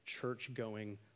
church-going